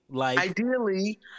Ideally